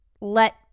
let